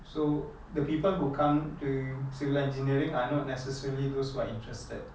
so the people who come to civil engineering are not necessarily those who are interested